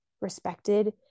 respected